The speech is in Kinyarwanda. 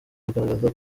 rugaragaza